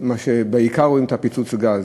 בעיקר רואים את פיצוץ הגז.